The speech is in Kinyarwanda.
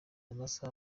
amasaha